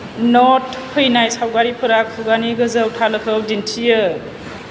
नट फैनाय सावगारिफोरा खुगानि गोजौ थालोखौ दिन्थियो